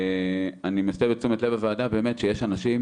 אני מסב את תשומת לב הוועדה שיש אנשים